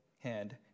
hand